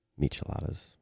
micheladas